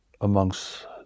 amongst